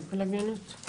הלוויינות?